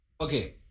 Okay